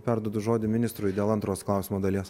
perduodu žodį ministrui dėl antros klausimo dalies